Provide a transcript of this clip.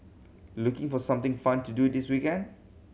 looking for something fun to do this weekend